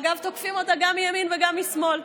אגב, תוקפים אותה גם מימין וגם משמאל.